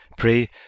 Pray